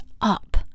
up